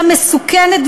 מסוכנת,